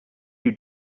you